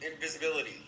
invisibility